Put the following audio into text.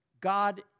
God